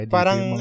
parang